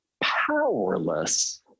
powerless